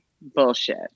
bullshit